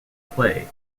play